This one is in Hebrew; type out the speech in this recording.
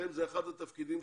סיפור המשאבים.